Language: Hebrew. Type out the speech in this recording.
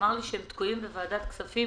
נאמר לי שהם תקועים בוועדת הכספים.